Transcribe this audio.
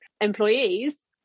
employees